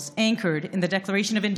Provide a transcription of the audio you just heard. על יסוד עקרונות מייסדים אלו,